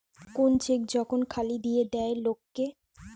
কোন চেক যখন খালি দিয়ে দেয় লোক কে